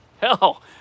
hell